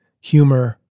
humor